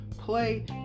play